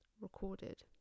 recorded